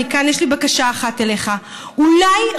מכאן יש לי בקשה אחת אליך: אולי,